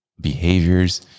behaviors